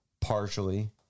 partially